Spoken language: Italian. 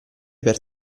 per